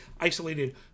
isolated